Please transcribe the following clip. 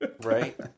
Right